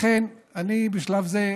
לכן, בשלב זה,